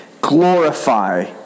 Glorify